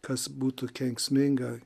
kas būtų kenksminga